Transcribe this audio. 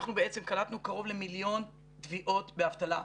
אנחנו בעצם קלטנו קרוב למיליון תביעות באבטלה.